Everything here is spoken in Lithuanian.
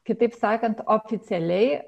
kitaip sakant oficialiai